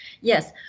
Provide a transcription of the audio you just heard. yes